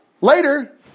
later